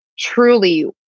Truly